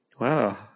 Wow